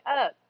up